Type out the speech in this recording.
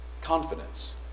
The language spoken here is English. Confidence